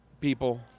people